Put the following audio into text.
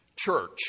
church